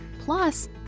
plus